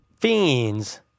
fiends